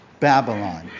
Babylon